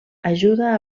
ajuda